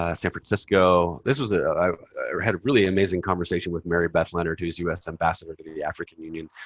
ah san francisco. this was i had a really amazing conversation with mary beth leonard who is us ambassador to the the african union.